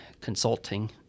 consulting